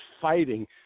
fighting